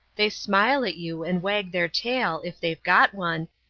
they smile at you and wag their tail, if they've got one,